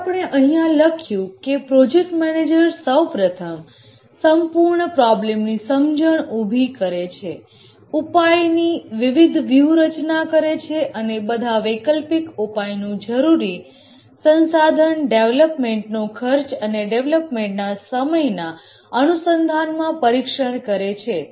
તેથી આપણે અહીંયા લખ્યું કે પ્રોજેક્ટ મેનેજર સૌપ્રથમ સંપૂર્ણ પ્રોબ્લેમની સમજણ ઉભી કરે છે ઉપાયની વિવિધ વ્યૂહરચના ઘરે છે અને બધા વૈકલ્પિક ઉપાયનું જરૂરી રિસોર્સ ડેવલોપમેન્ટ ની કોસ્ટ અને ડેવલપમેન્ટના સમયના અનુસંધાનમાં પરીક્ષણ કરે છે